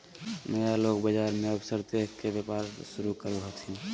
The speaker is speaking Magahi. नया लोग बाजार मे अवसर देख के व्यापार शुरू करो हथिन